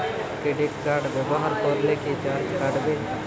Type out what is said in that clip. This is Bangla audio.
ক্রেডিট কার্ড ব্যাবহার করলে কি চার্জ কাটবে?